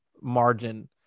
margin